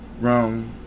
Wrong